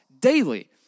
daily